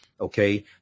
Okay